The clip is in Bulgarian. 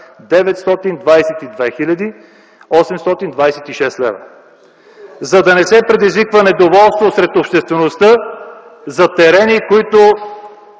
922 826 лв. За да не се предизвиква недоволство сред обществеността за терени...